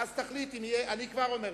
ואז תחליט, אני כבר אומר לך,